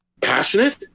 passionate